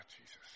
Jesus